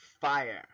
fire